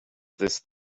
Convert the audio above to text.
this